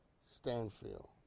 Stanfield